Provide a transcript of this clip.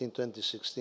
2016